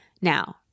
Now